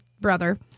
brother